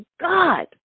God